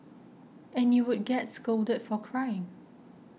and you would get scolded for crying